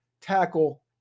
tackle